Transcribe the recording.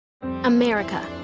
America